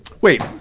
Wait